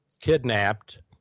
kidnapped